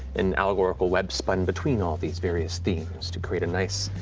an allegorical web spun between all these various themes to create a nice,